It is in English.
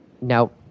now